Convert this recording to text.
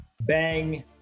Bang